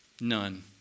none